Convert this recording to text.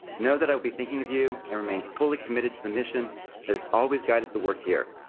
know that i will be thinking of you and remain fully committed to the mission that has always guided the work here.